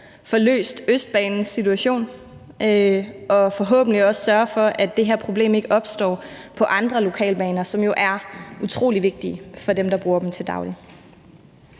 får løst Østbanens situation og forhåbentlig også sørger for, at det her problem ikke opstår på andre lokalbaner, som jo er utrolig vigtige for dem, der bruger dem til daglig.